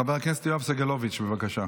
חבר הכנסת יואב סגלוביץ', בבקשה.